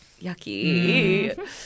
yucky